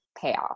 payoff